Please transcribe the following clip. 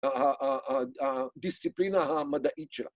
‫הדיסציפלינה המדעית שלה.